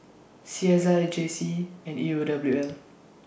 C S I J C and E rule W L